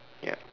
ya